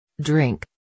drink